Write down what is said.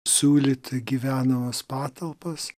siūlyti gyvenamas patalpas